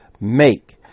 make